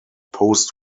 post